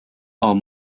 are